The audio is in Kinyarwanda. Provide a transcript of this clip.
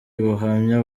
buhamya